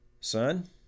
Son